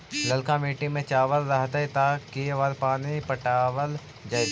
ललका मिट्टी में चावल रहतै त के बार पानी पटावल जेतै?